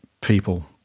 people